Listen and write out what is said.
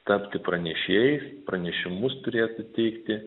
tapti pranešėjais pranešimus turėtų teikti